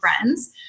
friends